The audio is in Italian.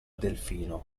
delfino